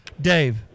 Dave